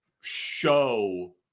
show